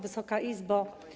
Wysoka Izbo!